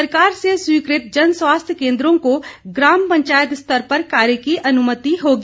सरकार से स्वीकृत जन स्वास्थ्य केन्द्रों को ग्राम पंचायत स्तर पर कार्य की अनुमति होगी